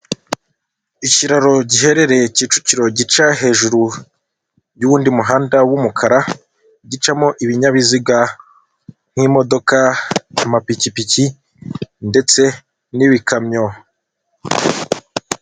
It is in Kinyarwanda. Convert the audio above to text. Ikiraro giherereye kicukiro gica hejuru y'undi muhanda w'umukara, gicamo ibinyabiziga nk'imodoka amapikipiki ndetse n'ibikamyo.